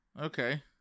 Okay